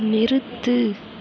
நிறுத்து